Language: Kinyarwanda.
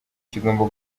kigomba